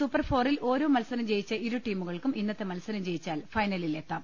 super ഫോറിൽ ഓരോ മത്സരം ജയിച്ച ഇരു ടീമുകൾക്കും ഇന്നത്തെ മത്സരം ജയിച്ചാൽ ഫൈനലിൽ എത്താം